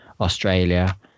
Australia